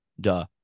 duh